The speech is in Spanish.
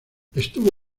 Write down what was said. estuvo